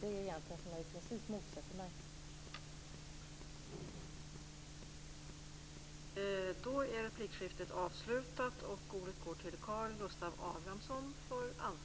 Det är väl egentligen det som jag i princip motsätter mig.